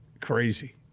crazy